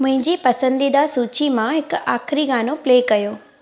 मुंहिंजी पसंदीदा सूची मां हिकु आखिरीं गानो प्ले कयो